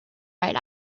right